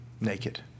naked